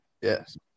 Yes